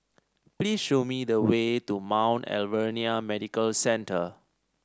please show me the way to Mount Alvernia Medical Centre